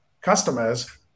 customers